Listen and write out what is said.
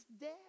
dead